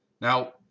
Now